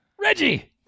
Reggie